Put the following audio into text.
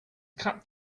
cut